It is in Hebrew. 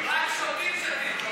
רק שוטים שטים.